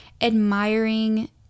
admiring